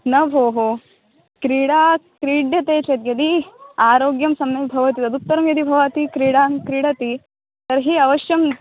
न भोः क्रीडा क्रीड्यते चेद्यदि आरोग्यं सम्यग्भवति तदुत्तरं यदि भवती क्रीडां क्रीडति तर्हि अवश्यं